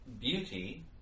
Beauty